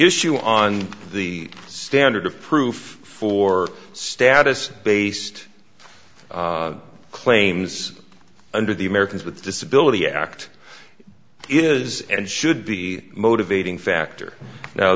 issue on the standard of proof for status based claims under the americans with disability act is and should be motivating factor